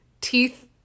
teeth